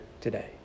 today